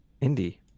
Indy